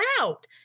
out